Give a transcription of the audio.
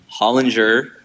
Hollinger